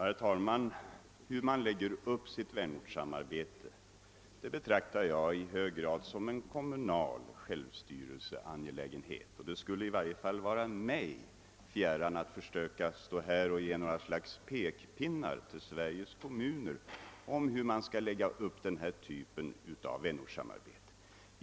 Herr talman! Hur kommunerna lägger upp sitt vänortssamarbete betraktar jag i hög grad som en kommunal självstyrelseangelägenhet. Det skulle i varje fall vara mig fjärran att från denna talarstol komma med några pekpinnar till Sveriges kommuner om hur de skall lägga upp sitt vänortssamarbete.